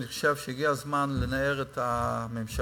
אני חושב שהגיע הזמן לנער את הממשלה